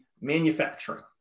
manufacturing